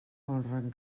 honren